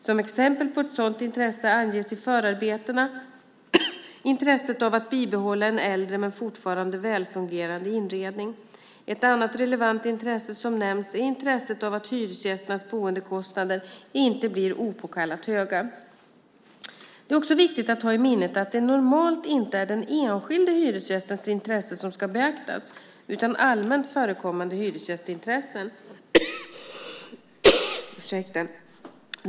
Som exempel på ett sådant intresse anges i förarbetena intresset av att bibehålla en äldre men fortfarande välfungerade inredning. Ett annat relevant intresse som nämns är intresset av att hyresgästernas boendekostnader inte blir opåkallat höga. Det är också viktigt att ha i minnet att det normalt inte är den enskilde hyresgästens intresse som ska beaktas utan allmänt förekommande hyresgästintressen.